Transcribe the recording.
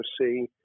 see